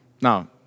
Now